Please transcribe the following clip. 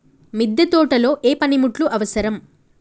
మిద్దె తోటలో ఏ పనిముట్లు అవసరం?